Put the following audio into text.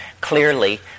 Clearly